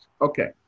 Okay